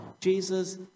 Jesus